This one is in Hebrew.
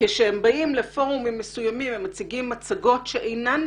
כשהם באים לפורומים מסוימים הם מציגים מצגות שאינן